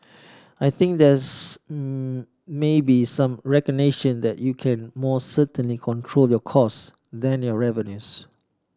I think there's maybe some recognition that you can more certainly control your costs than your revenues